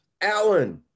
Allen